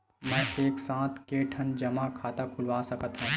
मैं एक साथ के ठन जमा खाता खुलवाय सकथव?